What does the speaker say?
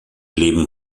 leben